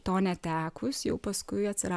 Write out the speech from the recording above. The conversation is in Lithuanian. to netekus jau paskui atsira